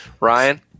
Ryan